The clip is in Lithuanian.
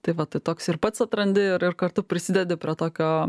tai vat tai toks ir pats atrandi ir kartu prisidedi prie tokio